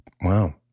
Wow